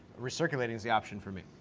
recirculating's the option for me.